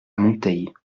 monteils